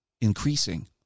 increasing